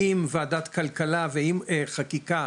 עם וועדת כלכלה ועם חקיקה,